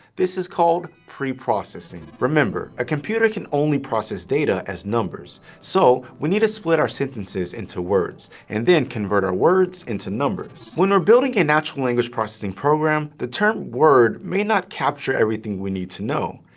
this is called preprocessing. remember, a computer can only process data as numbers, so we need to split our sentences into words, and then convert our words into numbers. when we're building a natural language processing program the term word may not capture everything we need to know.